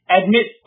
admit